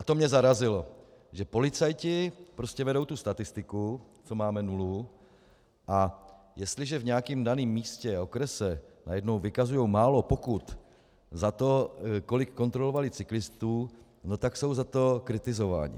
A to mě zarazilo, že policajti prostě vedou tu statistiku, co máme nulu, a jestliže v nějakém daném místě a okrese najednou vykazují málo pokut za to, kolik kontrolovali cyklistů, no tak jsou za to kritizováni.